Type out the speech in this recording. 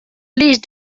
please